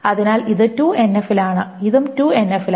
അതിനാൽ ഇത് 2 എൻഎഫിലാണ് ഇതും 2 എൻഎഫിലാണ് ഇതും 2 എൻഎഫിലാണ്